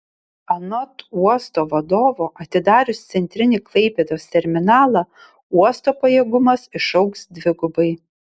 anot uosto vadovo atidarius centrinį klaipėdos terminalą uosto pajėgumas išaugs dvigubai